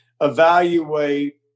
evaluate